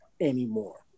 anymore